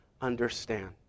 understand